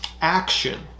action